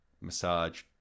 massage